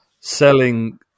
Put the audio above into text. selling